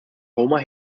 homer